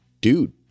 dude